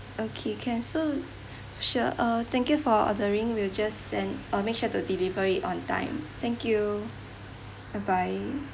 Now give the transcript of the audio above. okay can so sure uh thank you for ordering we'll just send uh make sure to deliver it on time thank you bye bye